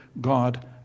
God